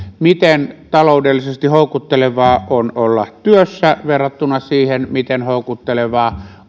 miten taloudellisesti houkuttelevaa on olla työssä verrattuna siihen miten houkuttelevaa